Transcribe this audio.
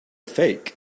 fake